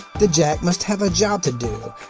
the jack must have a job to do,